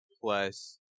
plus